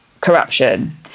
corruption